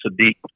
Sadiq